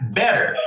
better